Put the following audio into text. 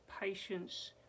patience